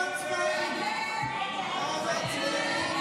ההצעה להעביר לוועדה את הצעת חוק הביטוח הלאומי (תיקון,